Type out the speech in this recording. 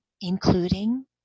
including